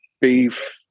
beef